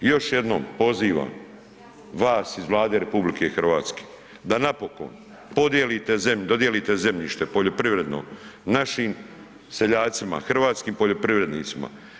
Još jednom pozivam vas iz Vlade RH da napokon podijelite zemlju, dodijelite zemljište poljoprivredno našim seljacima, hrvatskim poljoprivrednicima.